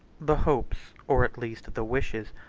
the hopes, or at least the wishes,